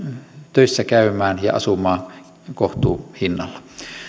töissä käymään ja asumaan kohtuuhinnalla